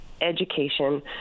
education